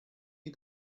you